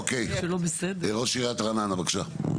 אוקי, ראש עיריית רעננה בבקשה.